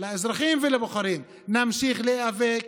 לאזרחים ולבוחרים: נמשיך להיאבק,